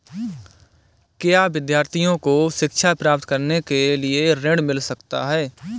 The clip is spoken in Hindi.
क्या विद्यार्थी को शिक्षा प्राप्त करने के लिए ऋण मिल सकता है?